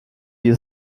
you